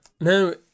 No